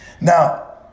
Now